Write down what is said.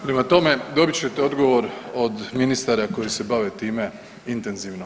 Prema tome, dobit ćete odgovor od ministara koji se bave time intenzivno.